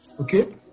Okay